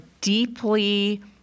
deeply